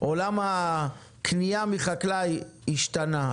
עולם הקנייה מהחקלאי השתנה.